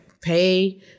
Pay